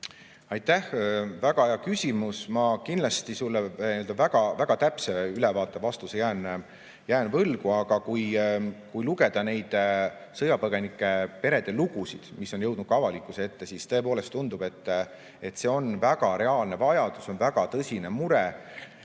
Aitäh! Väga hea küsimus. Ma kindlasti sulle väga täpse ülevaate, vastuse jään võlgu, aga kui lugeda sõjapõgenike perede lugusid, mis on jõudnud ka avalikkuse ette, siis tõepoolest tundub, et see on väga reaalne vajadus, väga tõsine mure.